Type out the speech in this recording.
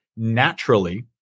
naturally